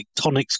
tectonics